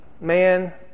man